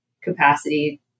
capacity